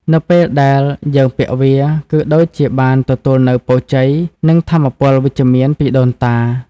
នៅពេលដែលយើងពាក់វា គឺដូចជាបានទទួលនូវ ពរជ័យ និង ថាមពលវិជ្ជមាន ពីដូនតា។